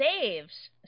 saves